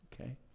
Okay